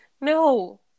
No